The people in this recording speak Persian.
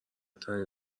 ترین